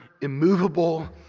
immovable